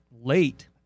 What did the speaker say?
late